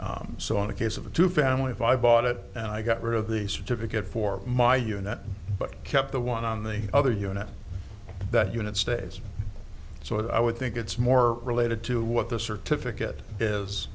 got so in the case of a two family if i bought it and i got rid of the certificate for my unit but kept the one on the other unit that unit stays so i would think it's more related to what the certificate is